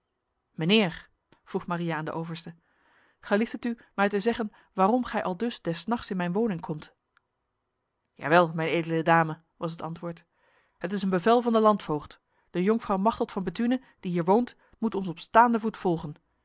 mijnheer vroeg maria aan de overste gelieft het u mij te zeggen waarom gij aldus des nachts in mijn woning komt jawel mijn edele dame was het antwoord het is een bevel van de landvoogd de jonkvrouw machteld van bethune die hier woont moet ons op staande voet volgen